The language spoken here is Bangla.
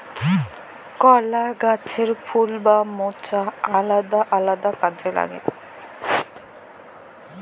কলা গাহাচের ফুল বা মচা আলেদা আলেদা কাজে লাগে